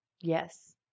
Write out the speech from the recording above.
Yes